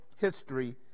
History